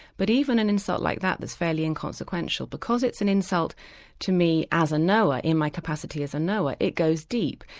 but even an insult like that that's fairly inconsequential because it's an insult insult to me as a knower, in my capacity as a knower, it goes deep,